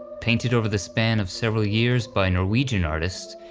painted over the span of several years by norwegian artist,